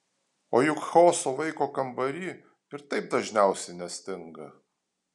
o juk chaoso vaiko kambary ir taip dažniausiai nestinga